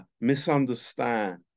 misunderstand